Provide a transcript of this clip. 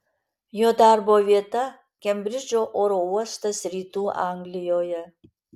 jo darbo vieta kembridžo oro uostas rytų anglijoje